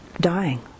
dying